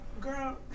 Girl